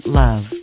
love